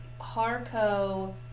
harco